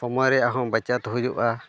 ᱥᱚᱢᱚᱭ ᱨᱮᱭᱟᱜ ᱦᱚᱸ ᱵᱟᱪᱟᱫ ᱦᱩᱭᱩᱜᱼᱟ